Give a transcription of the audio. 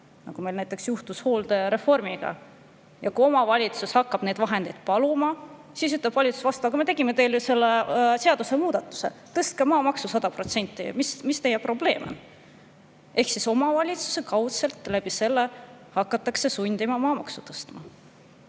Nagu meil juhtus hooldusreformiga. Ja kui omavalitsus hakkab neid vahendid paluma, siis ütleb valitsus vastu: aga me tegime teile selle seadusemuudatuse, tõstke maamaksu 100%. Mis teie probleem on? Omavalitsusi kaudselt hakatakse sundima maamaksu tõstma.